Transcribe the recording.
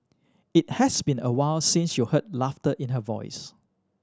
it has been awhile since you heard laughter in her voice